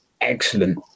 excellent